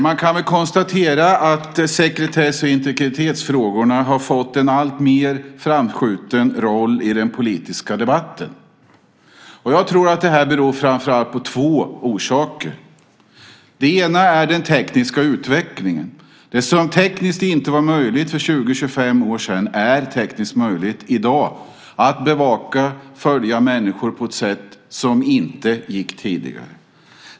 Man kan konstatera att sekretess och integritetsfrågorna har fått en alltmer framskjuten roll i den politiska debatten. Jag tror att det är av framför allt två orsaker. Det ena gäller den tekniska utvecklingen. Det som tekniskt inte var möjligt för 20-25 år sedan är tekniskt möjligt i dag. Det är i dag möjligt att bevaka och följa människor på ett sätt som inte gick tidigare.